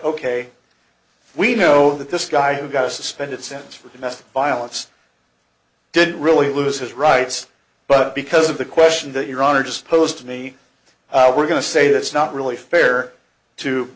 ok we know that this guy who got a suspended sentence for domestic violence i didn't really lose his rights but because of the question that your honor just posed to me we're going to say that's not really fair to